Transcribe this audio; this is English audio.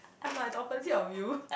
I am like the opposite of you